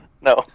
No